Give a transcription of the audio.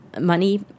money